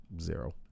Zero